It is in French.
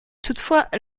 toutefois